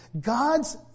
God's